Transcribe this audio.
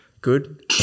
Good